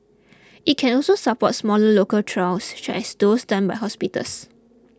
it can also support smaller local trials such as those done by hospitals